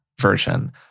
version